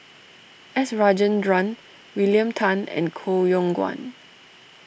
S Rajendran William Tan and Koh Yong Guan